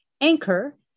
anchor